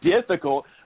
difficult